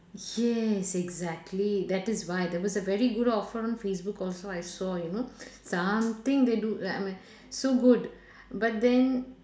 yes exactly that is why there was a very good offer on facebook also I saw you know something they do like I m~ so good but then